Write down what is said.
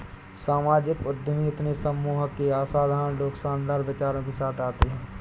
सामाजिक उद्यमी इतने सम्मोहक ये असाधारण लोग शानदार विचारों के साथ आते है